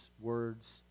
words